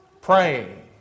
Praying